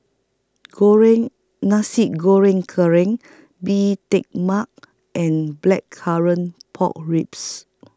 Goreng Nasi Goreng Kerang Bee Tai Mak and Blackcurrant Pork Ribs